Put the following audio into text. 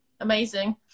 Amazing